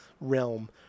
realm